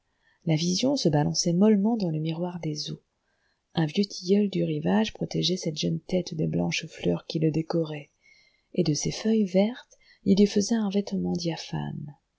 la vision se balançait mollement dans le miroir des eaux un vieux tilleul du rivage protégeait cette jeune tête des blanches fleurs qui le décoraient et de ses feuilles vertes il lui faisait un vêtement diaphane